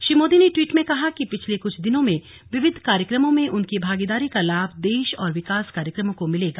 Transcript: श्री मोदी ने ट्वीट में कहा कि पिछले कुछ दिनों में विविध कार्यक्रमों में उनकी भागीदारी का लाभ देश और विकास कार्यक्रमों को मिलेगा